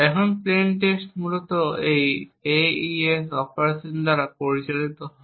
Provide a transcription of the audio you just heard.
এখন প্লেইন টেক্সটটি মূলত এই AES অপারেশন দ্বারা পরিচালিত হয়